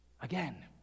again